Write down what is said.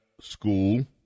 school